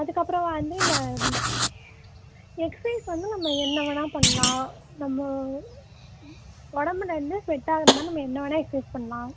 அதுக்கப்புறமாக வந்து இந்த எக்ஸ்சைஸ் வந்து நம்ம என்ன வேணால் பண்ணலாம் நம்ம உடம்புல இருந்து ஸ்வெட் ஆகிற மாதிரி நம்ம என்ன வேணால் எக்ஸ்சைஸ் பண்ணலாம்